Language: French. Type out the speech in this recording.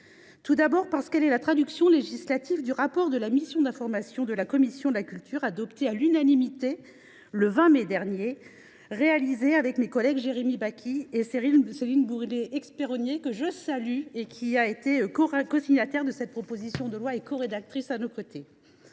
Tout d’abord, parce qu’elle est la traduction législative du rapport de la mission d’information de la commission de la culture, adopté à l’unanimité le 20 mai dernier, réalisé avec mes collègues Jérémy Bacchi et Céline Boulay Espéronnier, cosignataire de cette proposition de loi et corédactrice à nos côtés,